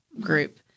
group